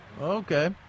Okay